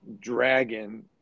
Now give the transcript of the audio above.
dragon